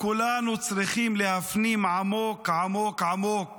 כולנו צריכים להפנים עמוק עמוק עמוק